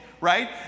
right